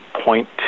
point